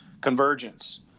convergence